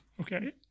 Okay